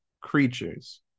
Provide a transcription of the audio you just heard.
creatures